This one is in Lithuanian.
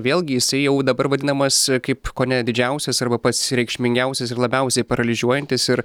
vėlgi jisai jau dabar vadinamas kaip kone didžiausias arba pats reikšmingiausias ir labiausiai paralyžiuojantis ir